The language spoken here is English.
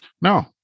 No